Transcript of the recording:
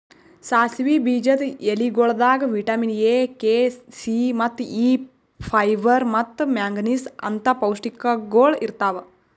ಸಾಸಿವಿ ಬೀಜದ ಎಲಿಗೊಳ್ದಾಗ್ ವಿಟ್ಯಮಿನ್ ಎ, ಕೆ, ಸಿ, ಮತ್ತ ಇ, ಫೈಬರ್ ಮತ್ತ ಮ್ಯಾಂಗನೀಸ್ ಅಂತ್ ಪೌಷ್ಟಿಕಗೊಳ್ ಇರ್ತಾವ್